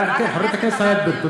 חברת הכנסת ענת ברקו.